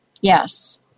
Yes